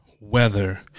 weather